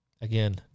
again